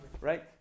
right